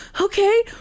okay